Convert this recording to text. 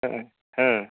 ହଁ ହଁ